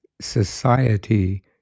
society